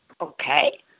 Okay